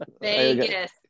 Vegas